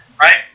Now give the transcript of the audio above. Right